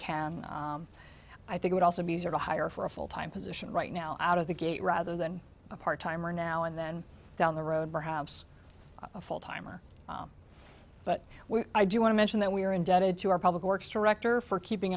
can i think would also be easier to hire for a full time position right now out of the gate rather than a part timer now and then down the road perhaps a full timer but we do want to mention that we are indebted to our public works director for keeping